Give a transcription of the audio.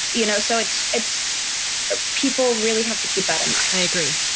you know? so it's, it's people really have to keep that in mind i agree.